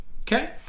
Okay